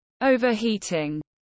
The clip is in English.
overheating